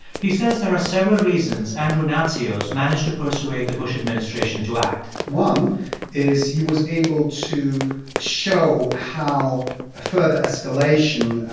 he says there are several reasons andrew natsios managed to persuade the bush administration to act one is he was able to show how further escalation,